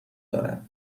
دارد